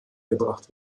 gebracht